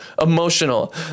emotional